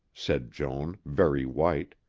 said joan, very white.